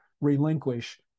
relinquish